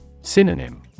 Synonym